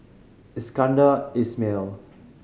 Iskandar Ismail